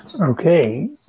okay